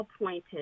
appointed